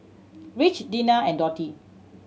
Rich Dena and Dotty